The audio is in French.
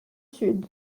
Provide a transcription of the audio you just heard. sud